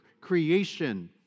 creation